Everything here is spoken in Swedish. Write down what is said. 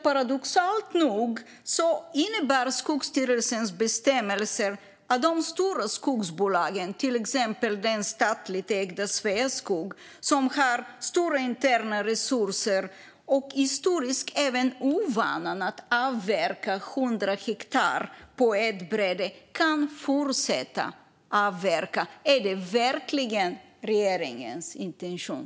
Paradoxalt nog innebär Skogsstyrelsens bestämmelser att de stora skogsbolagen - till exempel det statligt ägda Sveaskog, som har stora interna resurser och historiskt även ovanan att avverka hundra hektar på ett bräde - kan fortsätta avverka. Är det verkligen regeringens intention?